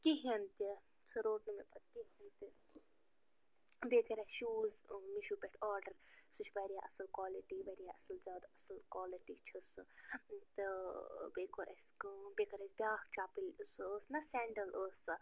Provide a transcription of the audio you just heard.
کِہیٖنۍ تہِ سُہ روٚٹ نہٕ مےٚ پتہٕ کِہیٖنۍ تہِ بیٚیہِ کرکھ شوٗز میٖشو پٮ۪ٹھ آرڈر سُہ چھُ وارِیاہ اصٕل کالٹی وارِیاہ اصٕل زیادٕ اصٕل کالٹی چھُ سُہ تہٕ بیٚیہِ کوٚر اَسہِ کٲم بیٚیہِ کٔر اَسہِ بیٛاکھ چپٕنۍ سُہ ٲس نا سٮ۪نٛڈٕل ٲس سۄ